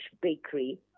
Bakery